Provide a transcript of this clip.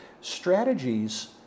Strategies